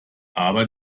aber